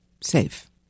safe